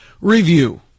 review